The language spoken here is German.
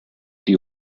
die